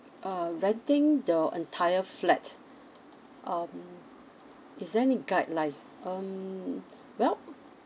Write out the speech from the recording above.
uh renting your entire flat um is there any guideline um well